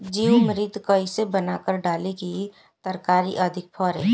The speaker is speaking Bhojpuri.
जीवमृत कईसे बनाकर डाली की तरकरी अधिक फरे?